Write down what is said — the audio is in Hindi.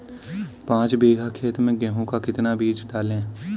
पाँच बीघा खेत में गेहूँ का कितना बीज डालें?